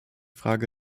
frage